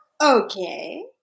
Okay